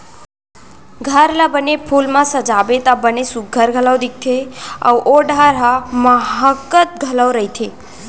घर ला बने फूल म सजाबे त बने सुग्घर घलौ दिखथे अउ ओ ठहर ह माहकत घलौ रथे